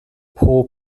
poor